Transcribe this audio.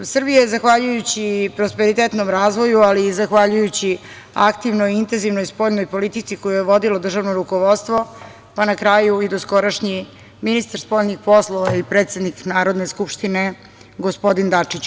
Srbija je zahvaljujući prosperitetnom razvoju, ali i zahvaljujući aktivnoj i intenzivnoj spoljnoj politici koju je vodilo državno rukovodstvo, pa na kraju i doskorašnji ministar spoljnih poslova i predsednik Narodne skupštine gospodin Dačić.